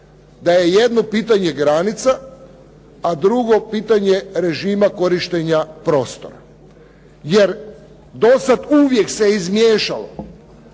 da je jedno pitanje granica, a drugo pitanje režima korištenja prostora. Jer dosad uvijek se izmiješalo